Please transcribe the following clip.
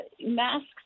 Masks